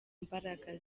mbaraga